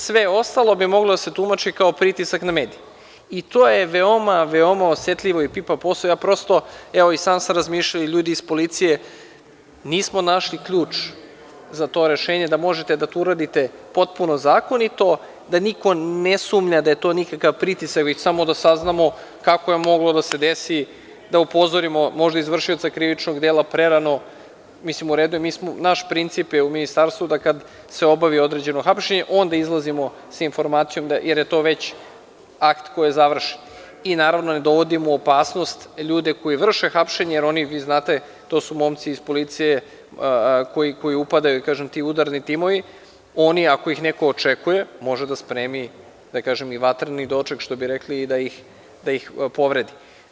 Sve ostalo bi moglo da se tumači kao pritisak na medije i to je veoma osetljivo pitanje, to je pipav posao i sam razmišljao i ljudi iz policije, nismo našli ključ za to rešenje, da to možete da uradite potpuno zakonito, da niko ne sumnja da je to nekakv pritisak, već da samo saznamo kako je moglo da se desi da upozorimo izvršioca krivičnog dela prerano, a naš princip u Ministarstvu je da kada se obavi određeno hapšenje, onda izlazimo sa informacijom, jer je to već akt koji je završen i ne dovodimo u opasnost ljude koji vrše hapšenje, jer to su momci iz policije koji upadaju, ti udarni timovi i oni, ako ih neko očekuje, može da spremi i vatreni doček, što bi rekli i da ih povredi.